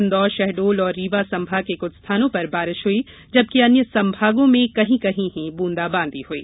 इंदौर शहडोल और रीवा संभाग में कुछ स्थानों पर बारिश हुई जबकि अन्य संभागों में कहीं कहीं ही ब्रंदाबांदी हुई